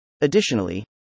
Additionally